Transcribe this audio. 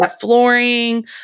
flooring